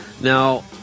Now